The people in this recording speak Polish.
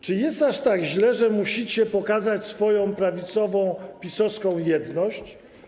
Czy jest aż tak źle, że musicie pokazać swoją prawicową, PiS-owską jedność?